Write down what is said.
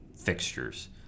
fixtures